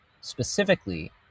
specifically